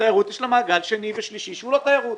לתיירות יש מעגל שני ושלישי שהוא לא תיירות.